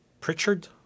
Pritchard